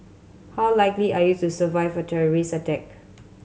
how likely are you to survive a terrorist attack